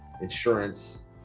insurance